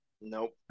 Nope